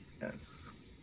yes